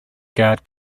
guard